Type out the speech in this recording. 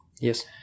Yes